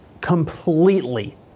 completely